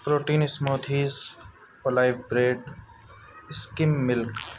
protein smooth alive bread skin milk